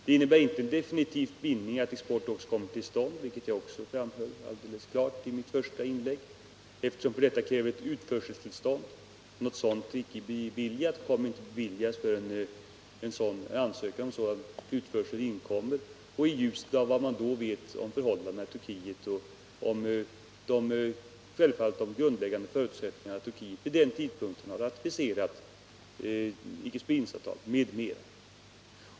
Det innebär inte en definitiv bindning till att export också kommer till stånd — vilket jag också framhöll alldeles klart i mitt första inlägg — eftersom detta kräver ett utförseltillstånd och något sådant inte kommer att beviljas förrän en ansökan inkommit, i ljuset av vad vi då vet om förhållandena i Turkiet och självfallet med den grundläggande förutsättningen att Turkiet vid den tidpunkten har ratificerat icke-spridningsavtalet m.m.